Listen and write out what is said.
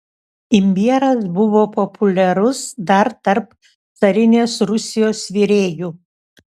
imbieras buvo populiarus dar tarp carinės rusijos virėjų